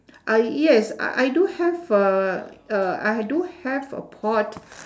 I yes I do have uhh uh I do have a pot